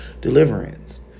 deliverance